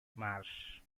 marsh